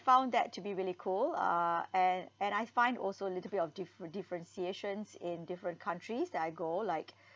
I found that to be really cool uh and and I find also a little bit of differ~ differentiations in different countries that I go like